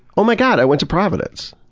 oh my god, i went to providence!